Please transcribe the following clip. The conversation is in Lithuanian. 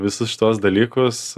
visus šituos dalykus